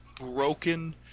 broken